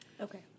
Okay